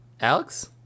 alex